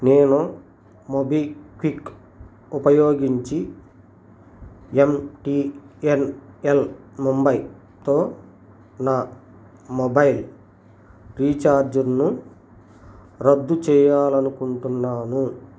నేను మొబిక్విక్ ఉపయోగించి M T N L ముంబైతో నా మొబైల్ రీఛార్జులను రద్దు చెయ్యాలి అనుకుంటున్నాను